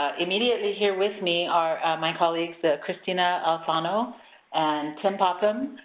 immediately here with me are my colleagues, krystina alfano and tim popham,